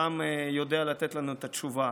רם יודע לתת לנו את התשובה.